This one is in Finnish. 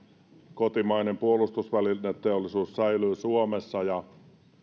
kotimainen puolustusvälineteollisuus säilyy suomessa ja